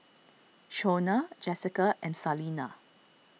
Shonna Jessika and Salina